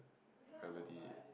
remedy